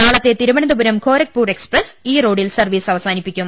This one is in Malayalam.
നാളത്തെ തിരുവനന്തപുരം ഖോരക്പൂർ എക്സ്പ്രസ് ഈറോ ഡിൽ സർവീസ് അവസാനിപ്പിക്കും